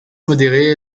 modérée